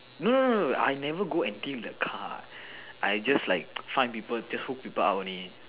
no no no no I never go and deal with the car I just like just hook people up only